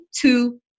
two